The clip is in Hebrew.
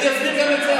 אני אסביר גם את זה,